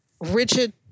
rigid